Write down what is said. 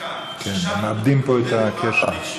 מאבדים פה את הקשר.